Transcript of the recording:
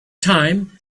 time